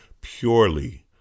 purely